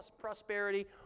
prosperity